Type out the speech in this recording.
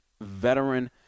veteran